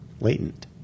latent